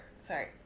sorry